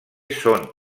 són